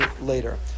later